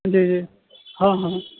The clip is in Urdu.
جی جی ہاں ہاں